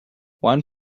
one